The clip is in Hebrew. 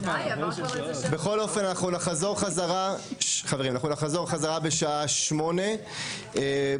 19:14 ונתחדשה בשעה 20:04.)